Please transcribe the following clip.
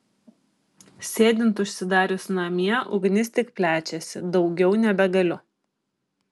sėdint užsidarius namie ugnis tik plečiasi daugiau nebegaliu